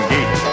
Gate